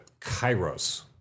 Kairos